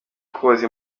koza